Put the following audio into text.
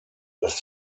dass